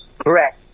correct